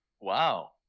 Wow